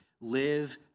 live